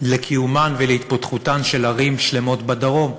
לקיומן ולהתפתחותן של ערים שלמות בדרום.